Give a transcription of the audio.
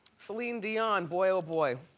celine dion, boy boy